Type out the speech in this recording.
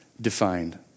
defined